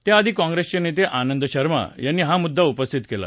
त्याआधी काँप्रेसचे नेते आनंद शर्मा यांनी हा मुद्दा उपस्थित केला